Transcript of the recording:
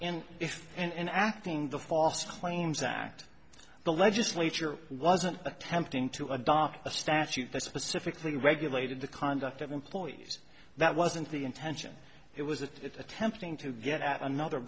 and if and acting the false claims act the legislature wasn't attempting to adopt a statute that specifically regulated the conduct of employees that wasn't the intention it was attempting to get at another